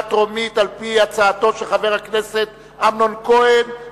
הצעתו של חבר הכנסת אמנון כהן,